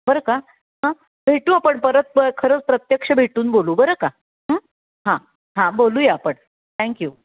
बरं का हां भेटू आपण परत खरंच प्रत्यक्ष भेटून बोलू बरं का हां हां बोलूया आपण थँक्यू